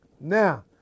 Now